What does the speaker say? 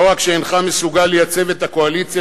לא רק שאינך מסוגל לייצב את הקואליציה